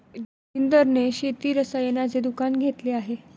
जोगिंदर ने शेती रसायनाचे दुकान घेतले आहे